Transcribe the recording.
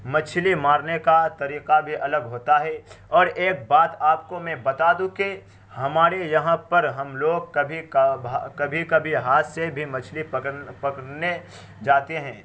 مچھلی مارنے کا طریقہ بھی الگ ہوتا ہے اور ایک بات آپ کو میں بتا دوں کہ ہمارے یہاں پر ہم لوگ کبھی کبھی کبھی ہاتھ سے بھی مچھلی پک پکڑنے جاتے ہیں